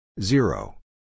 Zero